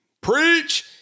Preach